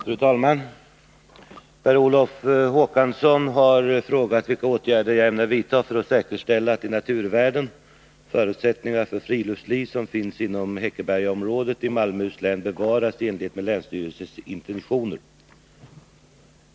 Fru talman! Per Olof Håkansson har frågat vilka åtgärder jag ämnar vidta för att säkerställa att de naturvärden och förutsättningar för friluftsliv som finns inom Häckebergaområdet i Malmöhus län bevaras i enlighet med länsstyrelsens intentioner.